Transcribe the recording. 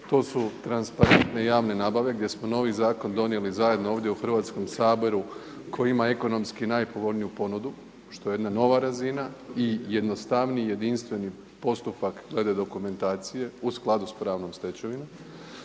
to su transparentne javne nabave gdje smo novi zakon donijeli zajedno ovdje u Hrvatskom saboru koji ima ekonomski najpovoljniju ponudu što je jedna nova razina i jednostavniji i jedinstveni postupak glede dokumentacije u skladu sa pravnom stečevinom,